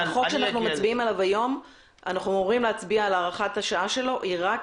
החוק שאנחנו אמורים להצביע על הארכת השעה שלו היום,